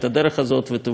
ותבורך על כך,